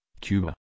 Cuba